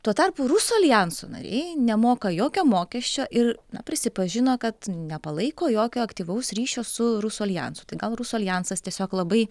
tuo tarpu rusų aljanso nariai nemoka jokio mokesčio ir na prisipažino kad nepalaiko jokio aktyvaus ryšio su rusų aljansu tai gal rusų aljansas tiesiog labai